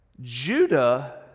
Judah